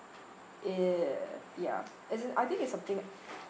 uh ya as in I think it's something